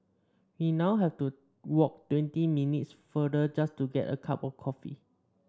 we now have to walk twenty minutes farther just to get a cup of coffee